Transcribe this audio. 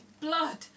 blood